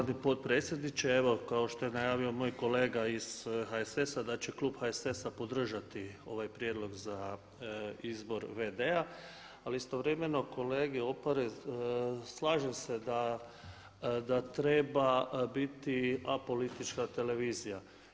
Poštovani potpredsjedniče, evo kao što je najavio moj kolega iz HSS-a da će klub HSS-a podržati ovaj prijedlog za izbor VD-a ali istovremeno kolega Opara, slažem se da treba biti apolitička televizija.